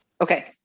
Okay